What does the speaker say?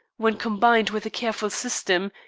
when combined with a careful system,